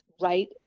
right